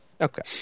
Okay